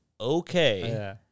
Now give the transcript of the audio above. okay